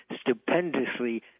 stupendously